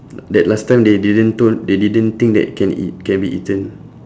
that last time they didn't told they didn't think that can eat can be eaten